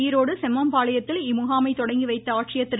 ஈரோடு செம்மம்பாளையத்தில் இம்முகாமை தொடங்கிவைத்த ஆட்சியர் திரு